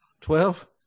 Twelve